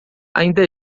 ainda